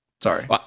Sorry